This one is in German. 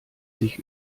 sich